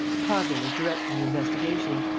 prasville is directing the investigations.